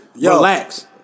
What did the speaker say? Relax